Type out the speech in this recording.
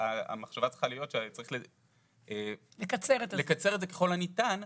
המחשבה צריכה להיות שצריך לקצר את זה ככל הניתן.